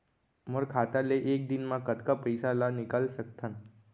मोर खाता ले एक दिन म कतका पइसा ल निकल सकथन?